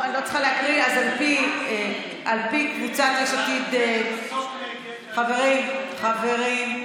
של קבוצת סיעת יש עתיד-תל"ם: חברי הכנסת מיקי לוי,